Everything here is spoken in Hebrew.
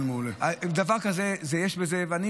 דבר כזה, יש בזה, רעיון מעולה.